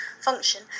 function